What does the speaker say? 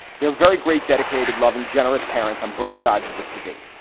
they're very great, dedicated, loving, generous parents on both sides of this debate.